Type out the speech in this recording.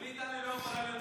בלי טלי לא יכולה להיות מליאה.